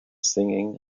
singing